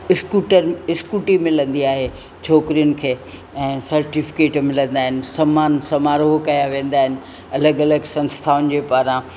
scooter scooty मिलंदी आहे छोकिरियुनि खे ऐं सर्टीफिकेट मिलंदा आहिनि तमामु समारोह कया वेंदा आहिनि अलॻि अलॻि संस्थाउनि जे पारां